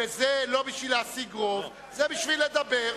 וזה לא בשביל להשיג רוב, זה בשביל לדבר.